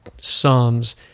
Psalms